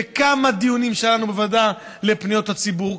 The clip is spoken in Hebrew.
וכמה דיונים שהיו לנו בוועדה לפניות הציבור,